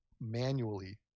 manually